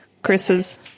Chris's